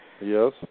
Yes